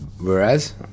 Whereas